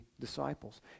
disciples